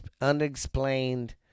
unexplained